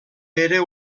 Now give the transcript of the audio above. era